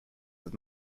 does